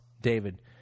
David